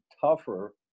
tougher